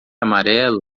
amarelo